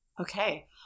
Okay